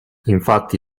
infatti